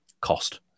cost